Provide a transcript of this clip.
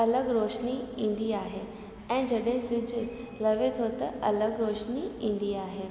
अलॻि रोशनी ईंदी आहे ऐं जॾहिं सिज लहे थो त अलॻि रोशनी ईंदी आहे